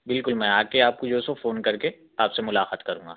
بالکل میں آ کے آپ کو جو سو فون کر کے آپ سے ملاقات کروں گا